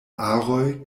aroj